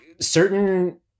certain